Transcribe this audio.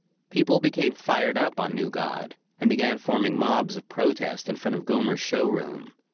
people became fired up on new god and began forming mobs of protest in front of gomer's showroom.